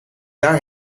daar